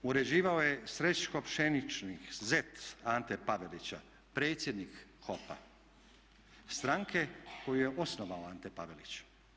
Uređivao je Srećko Pšeničnik, zet Ante Pavelića, predsjednik HOP-a stranke koju je osnovao Ante Pavelić.